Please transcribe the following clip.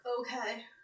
okay